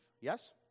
Yes